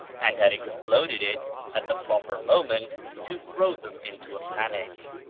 and had exploded it at the proper moment to throw them into a panic.